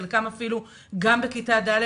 וחלקם בכיתה ד',